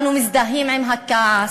אנו מזדהים עם הכעס,